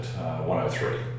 103